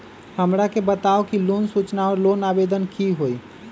हमरा के बताव कि लोन सूचना और लोन आवेदन की होई?